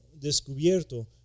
descubierto